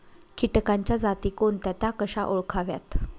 किटकांच्या जाती कोणत्या? त्या कशा ओळखाव्यात?